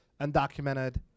undocumented